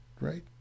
right